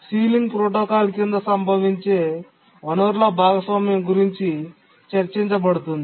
ceiling protocol కింద సంభవించే వనరుల భాగస్వామ్యం గురించి చర్చించబడుతుంది